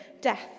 death